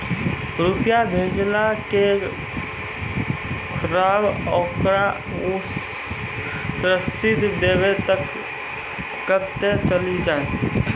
रुपिया भेजाला के खराब ओकरा रसीद देबे तबे कब ते चली जा?